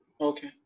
Okay